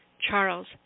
Charles